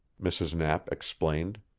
mrs. knapp explained.